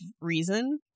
reason